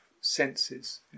senses